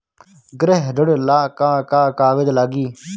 गृह ऋण ला का का कागज लागी?